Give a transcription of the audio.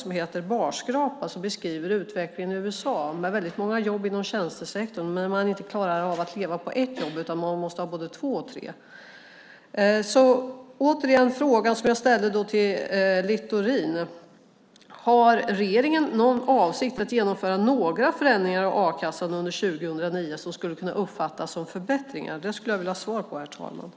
Den heter Barskrapad och beskriver utvecklingen i USA med många jobb inom tjänstesektorn men där man inte klarar av att leva på ett jobb utan måste ha både två och tre. Jag återgår till frågan som jag ställde till Littorin: Har regeringen någon avsikt att genomföra några förändringar av a-kassan under 2009 som skulle kunna uppfattas som förbättringar? Jag skulle vilja ha svar på den frågan, herr talman.